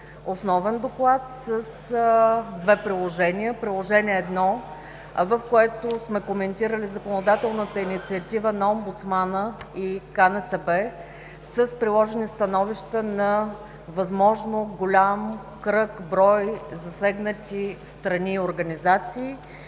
основен доклад с две приложения. Приложение № 1, в което сме коментирали законодателната инициатива на омбудсмана и КНСБ с приложени становища на възможно голям брой засегнати страни и организации.